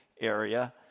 area